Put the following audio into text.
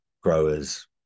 growers